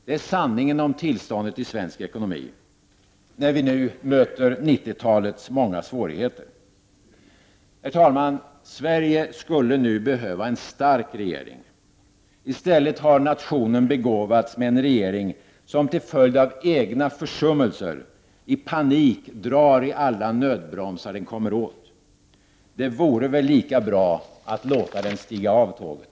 Det är sanningen om tillståndet i svensk ekonomi när vi nu möter 90-talets många svårigheter! Herr talman! Sverige skulle nu behöva en stark regering. I stället har nationen begåvats med en regering som, till följd av egna försummelser, i panik drar i alla nödbromsar den kommer åt. Det vore väl lika bra att låta den stiga av tåget.